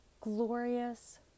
glorious